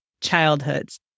childhoods